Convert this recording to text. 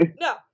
No